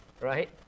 right